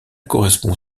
correspond